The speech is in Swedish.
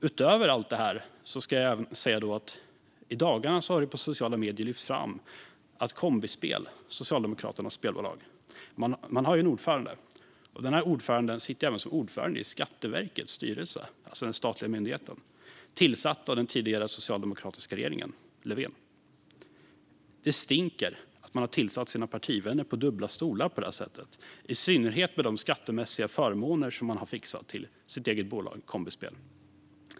Utöver allt detta har det i dagarna lyfts fram i sociala medier att Socialdemokraternas spelbolag Kombispels ordförande även sitter som ordförande i den statliga myndigheten Skatteverkets styrelse, tillsatt av den tidigare socialdemokratiska regeringen Löfven. Det stinker att man har tillsatt sina partivänner på dubbla stolar på detta sätt, i synnerhet med de skattemässiga förmåner som man har fixat till sitt eget bolag Kombispel.